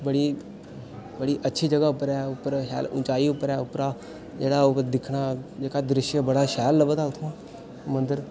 बड़ी बड़ी अच्छी जगह पर ऐ उप्पर शैल उच्चाई उप्परां जेह्ड़ा ओह् दिक्खना जेह्का दृश्य शैल लभदा उत्थुआं मंदर